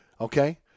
Okay